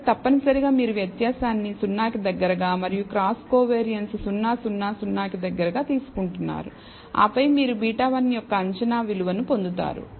కాబట్టి తప్పనిసరిగా మీరు వ్యత్యాసాన్ని 0 కి దగ్గరగా మరియు క్రాస్ కోవియారిన్స్ 0 0 0 కి దగ్గరగా తీసుకుంటున్నారు ఆపై మీరు β1 యొక్క అంచనా విలువను పొందుతారు